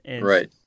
right